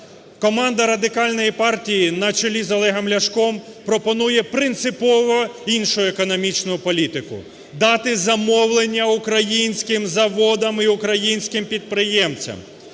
Команда Радикальної партії на чолі з Олегом Ляшком пропонує принципово іншу економічну політику: дати замовлення українським заводам і українським підприємцям.